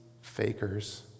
fakers